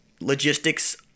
logistics